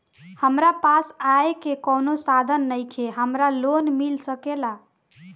हमरा पास आय के कवनो साधन नईखे हमरा लोन मिल सकेला?